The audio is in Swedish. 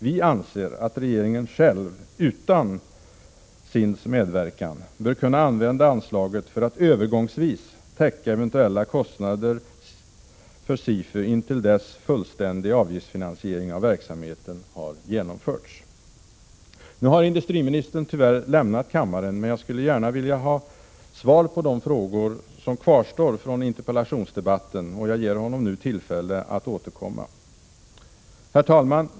Vi anser att regeringen själv, utan SIND:s medverkan, bör kunna använda anslaget för att övergångsvis täcka eventuella kostnader för SIFU intill dess fullständig avgiftsfinansiering av verksamheten har genomförts. Tyvärr har industriministern lämnat kammaren. Jag hade gärna sett att han svarat på de frågor som kvarstår från interpellationsdebatten, och han hade i dag haft tillfälle att återkomma till dem. Herr talman!